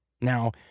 Now